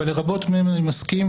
אבל לרבות מהן אני מסכים,